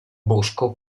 bosco